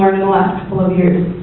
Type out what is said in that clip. the last couple of years.